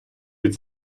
від